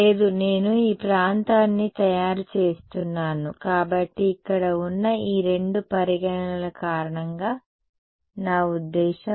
లేదు నేను ఈ ప్రాంతాన్ని తయారు చేస్తున్నాను కాబట్టి ఇక్కడ ఉన్న ఈ రెండు పరిగణనల కారణంగా నా ఉద్దేశ్యం